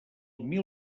mil